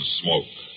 smoke